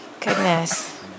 Goodness